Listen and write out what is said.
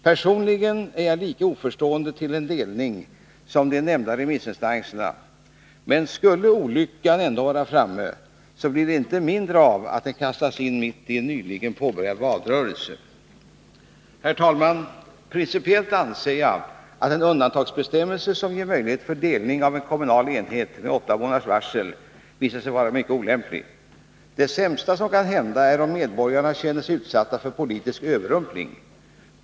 Personligen är jag lika oförstående till en delning som de nämnda remissinstanserna, men skulle olyckan ändå vara framme, blir den inte mindre av att frågan kastas in mitt i en nyligen påbörjad valrörelse. Herr talman! Principiellt anser jag att en undantagsbestämmelse som ger möjlighet till delning av en kommunal enhet med åtta månaders varsel har visat sig vara mycket olämplig. Det sämsta som kan hända är att medborgarna känner sig utsatta för politisk överrumpling.